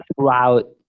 throughout